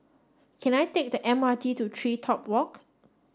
can I take the M R T to TreeTop Walk